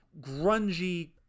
grungy